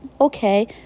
okay